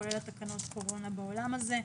כולל תקנות הקורונה בעולם הזה,